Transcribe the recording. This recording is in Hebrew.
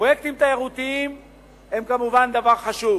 פרויקטים תיירותיים הם כמובן דבר חשוב.